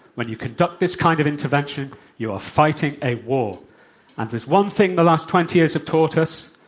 when you conduct this kind of intervention you are fighting a war. and there's one thing the last twenty years have taught us.